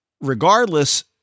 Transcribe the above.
Regardless